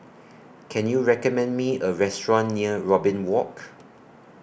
Can YOU recommend Me A Restaurant near Robin Walk